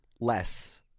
less